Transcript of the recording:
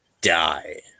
die